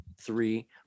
three